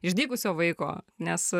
išdykusio vaiko nes